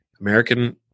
American